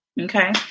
Okay